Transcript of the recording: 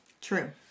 True